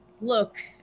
look